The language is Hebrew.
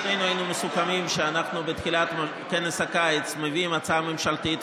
שנינו הסכמנו שאנחנו מביאים בתחילת כנס הקיץ הצעה ממשלתית,